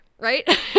right